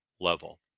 level